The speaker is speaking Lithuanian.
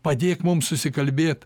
padėk mum susikalbėt